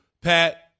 Pat